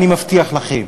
אני מבטיח לכם.